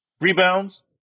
Rebounds